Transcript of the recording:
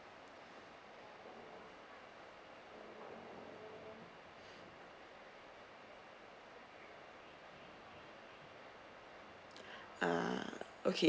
ah okay